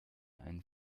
ein